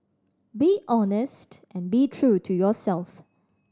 be honest and be true to yourself